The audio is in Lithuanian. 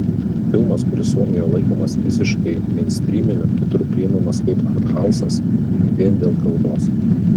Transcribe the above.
filmas kuris suomijoje laikomas visiškai meinstryminiu kitur priimamas kaip arthausas vien dėl kalbos